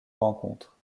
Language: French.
rencontre